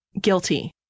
guilty